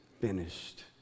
finished